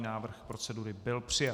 Návrh procedury byl přijat.